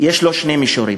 יש שני מישורים.